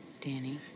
Danny